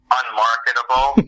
unmarketable